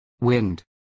wind